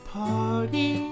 party